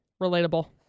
Relatable